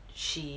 she